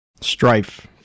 strife